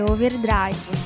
Overdrive